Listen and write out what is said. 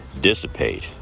dissipate